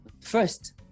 first